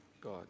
God